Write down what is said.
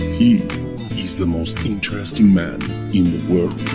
he is the most interesting man in the world